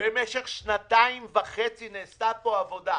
במשך שנתיים וחצי נעשתה פה עבודה.